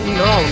no